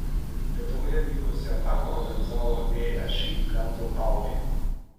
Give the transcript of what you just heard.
lietuvoje vykusį etapą organizavo všį plento taurė